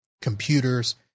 computers